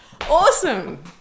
Awesome